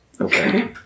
okay